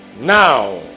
Now